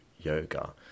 yoga